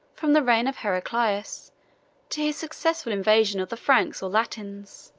from the reign of heraclius to his successful invasion of the franks or latins.